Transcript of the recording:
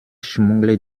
schmuggle